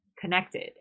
connected